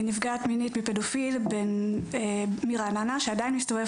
נפגעת מינית מפדופיל מרעננה שעדיין מסתובב